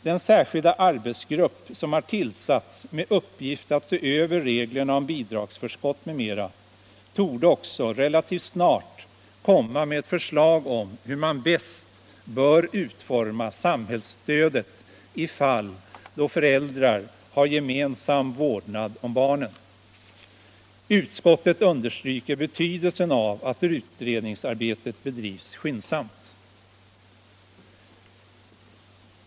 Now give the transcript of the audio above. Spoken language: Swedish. Den särskilda arbetsgrupp som har tillsatts med uppgift att se över reglerna om bidragsförskott m.m. torde också relativt snart komma med förslag om hur man bäst skall utforma samhällsstödet i fall då föräldrar har gemensam vårdnad om barnen. Utskottet understryker betydelsen av att utredningsarbetet bedrivs skyndsamt.